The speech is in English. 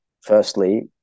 firstly